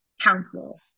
counsel